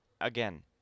Again